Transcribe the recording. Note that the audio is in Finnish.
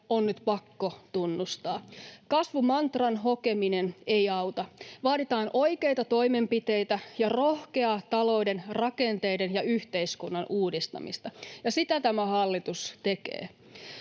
on nyt pakko tunnustaa. Kasvumantran hokeminen ei auta. Vaaditaan oikeita toimenpiteitä ja rohkeaa talouden rakenteiden ja yhteiskunnan uudistamista. Ja sitä tämä hallitus tekee.